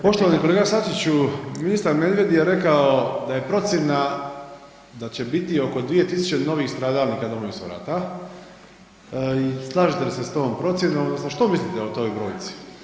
Poštovani kolega Sačiću, ministar Medved je rekao da je procjena da će biti oko 2.000 novih stradalnika Domovinskog rata i slažete li se s tom procjenom odnosno što mislite o toj brojci?